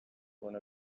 wanna